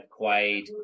Quaid